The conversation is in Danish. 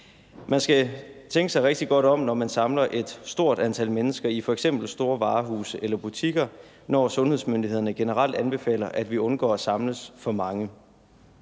Man skal tænke sig rigtig godt om, når man samler et stort antal mennesker i f.eks. store varehuse eller butikker, når sundhedsmyndighederne generelt anbefaler, at vi undgår at samles for mange.